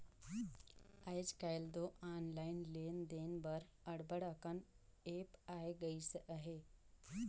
आएज काएल दो ऑनलाईन लेन देन बर अब्बड़ अकन ऐप आए गइस अहे